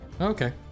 okay